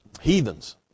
heathens